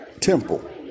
Temple